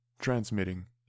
Transmitting